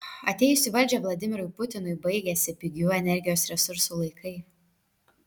atėjus į valdžią vladimirui putinui baigėsi pigių energijos resursų laikai